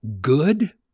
good